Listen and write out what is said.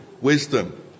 wisdom